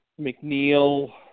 McNeil